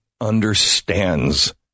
understands